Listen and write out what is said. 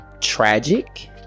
tragic